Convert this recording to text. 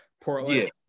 Portland